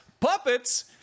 puppets